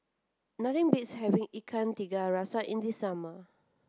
nothing beats having Ikan Tiga Rasa in the summer